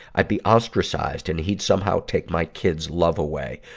i'd be ostracized, and he'd somehow take my kids' love away.